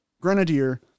Grenadier